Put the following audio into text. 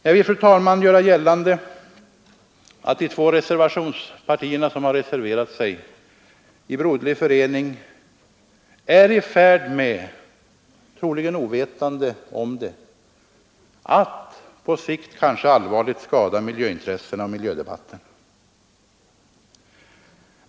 Jag vill, fru talman, göra gällande att de två partier som har reserverat sig i broderlig förening är i färd med att — troligen själva ovetande om det — på sikt kanske allvarligt skada miljöintressena och miljödebatten.